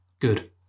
Good